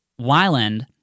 Wyland